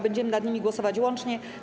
Będziemy nad nimi głosować łącznie.